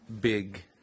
big